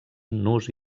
nus